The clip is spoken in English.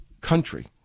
country